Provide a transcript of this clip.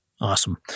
Awesome